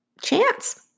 chance